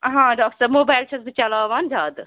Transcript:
ہاں ڈاکٹَر صٲب موبایِل چھَس بہٕ چَلاوان زیادٕ